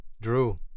Drew